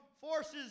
forces